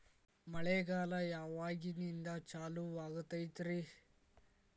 ಮಳೆಗಾಲ ಯಾವಾಗಿನಿಂದ ಚಾಲುವಾಗತೈತರಿ?